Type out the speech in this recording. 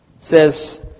says